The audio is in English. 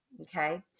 Okay